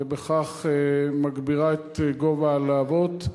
ובכך מגבירה את גובה הלהבות.